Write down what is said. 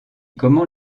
comment